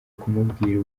kumubwira